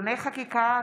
(תיקוני חקיקה),